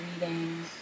reading